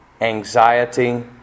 anxiety